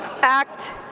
Act